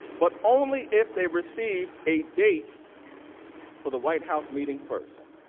but only if they received a date for the white house meeting first.